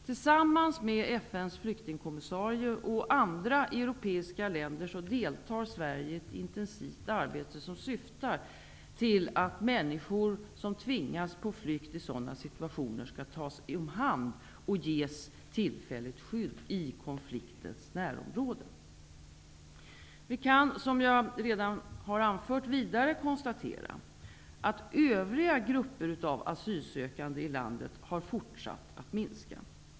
Tillsammans med FN:s flyktingkommissarie och andra europeiska länder deltar Sverige i ett intensivt arbete som syftar till att människor som tvingas på flykt i sådana situationer skall kunna tas om hand och ges tillfälligt skydd i konfliktens närområde. Vi kan, som jag redan har anfört, vidare konstatera att övriga grupper av asylsökande i landet har fortsatt att minska.